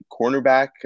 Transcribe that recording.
cornerback